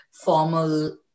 formal